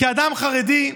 כאדם חרדי,